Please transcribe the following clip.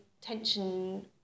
tension